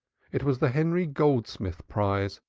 it was the henry goldsmith prize,